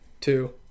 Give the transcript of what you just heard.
Two